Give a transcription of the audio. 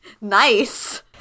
Nice